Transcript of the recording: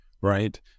right